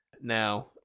now